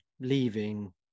leaving